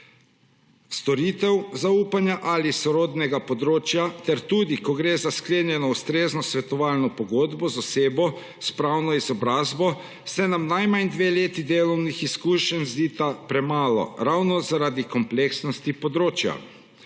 storitev zaupanja ali sorodnega področja ter tudi ko gre za sklenjeno ustrezno svetovalno pogodbo z osebo s pravno izobrazbo, se nam najmanj dve leti delovnih izkušenj zdita premalo ravno zaradi kompleksnosti področja.